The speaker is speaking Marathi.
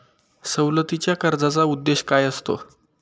सवलतीच्या कर्जाचा उद्देश काय असतो?